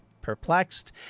Perplexed